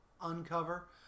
uncover